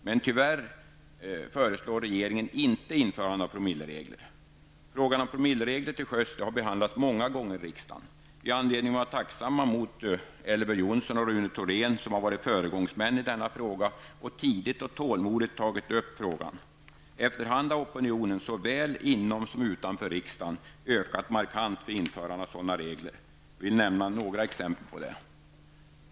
Men tyvärr föreslår regeringen inte införande av promilleregler. Frågan om promilleregler till sjöss har behandlats många gånger i riksdagen. Vi har anledning att vara tacksamma mot Elver Jonsson och Rune Thorén som varit föregångsmän i denna fråga och tidigt och tålmodigt tagit upp den. Efter hand har opinionen, såväl inom som utanför riksdagen, för införande av sådana regler ökat markant. Jag vill nämna några exempel på det.